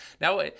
Now